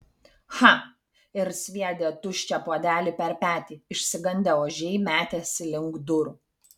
cha ir sviedė tuščią puodelį per petį išsigandę ožiai metėsi link durų